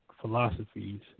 philosophies